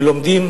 הם לומדים